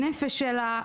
הנפש שלה,